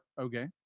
okay